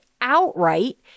outright